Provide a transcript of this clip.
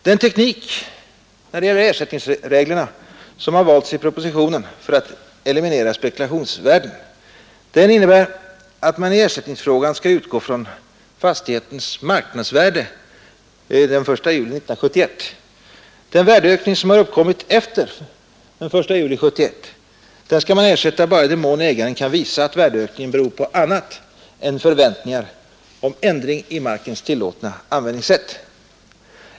Den teknik som valts vid utformandet av ersättningsreglerna i propositionen för att eliminera spekulationsvärden innebär att man skall utgå från fastighetens marknadsvärde den 1 juli 1971. Den värdeökning som uppkommit efter den 1 juli 1971 skall ersättas bara i den mån ägaren kan visa att värdeökningen beror på annat än förväntningar om ändring i markens tillåtna användningssätt.